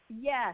Yes